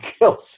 kills